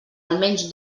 almenys